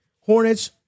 Hornets